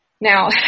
Now